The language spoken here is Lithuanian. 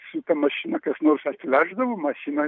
su ta mašina kas nors atveždavo mašiną